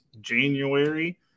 January